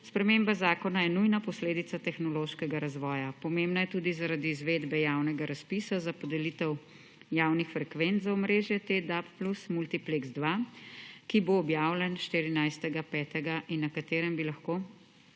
Sprememba zakona je nujna posledica tehnološkega razvoja. Pomembna je tudi zaradi izvedbe javnega razpisa za podelitev javnih frekvenc za omrežje T-DAB+ multipleks 2, ki bo objavljen 14. 5. in na katerem bi lahko